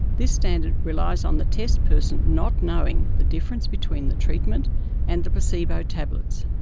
this standard relies on the test person not knowing the difference between the treatment and the placebo tablets.